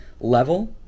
level